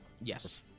yes